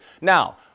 Now